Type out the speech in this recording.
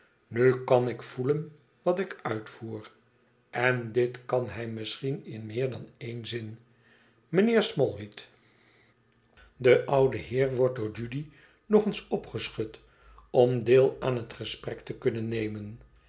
nu kan ik voelen wat ik uitvoer en dit kan hij misschien in meer dan één zin mijnheer smallweed de oude heer wordt door judy nog eens opgeschud om deel aan het gesprek te kunnen nemen